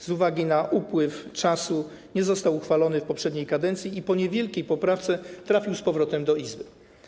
Z uwagi na upływ czasu nie został on przyjęty w poprzedniej kadencji i po niewielkiej poprawce trafił z powrotem do Izby.